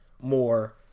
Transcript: more